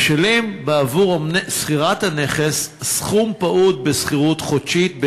והוא משלם בעבור שכירת הנכס סכום פעוט בשכירות חודשית,